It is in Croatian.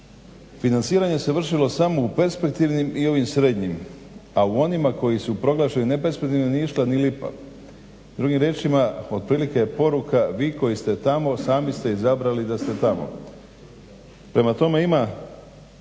Financiranje se vršilo samo u perspektivnim i ovim srednjim, a onima koji su proglašeni neperspektivnim nije išla ni lipa. Drugim riječima otprilike poruka, vi koji ste tamo sami ste izabrali da ste tamo. Prema tome,